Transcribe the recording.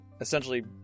essentially